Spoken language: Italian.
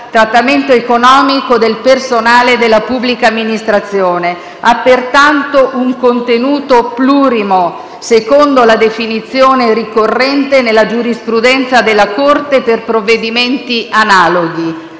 trattamento economico del personale della pubblica amministrazione). Ha pertanto un contenuto plurimo, secondo la definizione ricorrente nella giurisprudenza della Corte per provvedimenti analoghi.